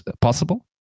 possible